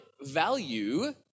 value